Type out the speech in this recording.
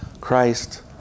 Christ